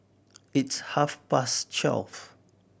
its half past twelve